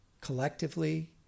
collectively